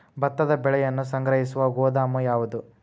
ಭತ್ತದ ಬೆಳೆಯನ್ನು ಸಂಗ್ರಹಿಸುವ ಗೋದಾಮು ಯಾವದು?